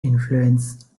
influence